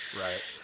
Right